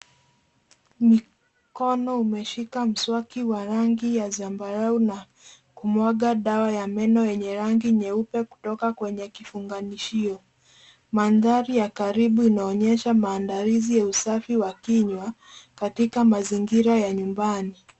Mikono umeshika mswaki wa rangi ya zambarau na kuwaga dawa ya meno yenye rangi nyeupe kutoka kwenye kifunganishio. Mandhari ya karibu inaonyesha maandalizi ya usafi wa kinywa katika mazingira ya nyumbani.